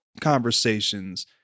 conversations